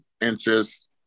interest